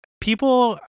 people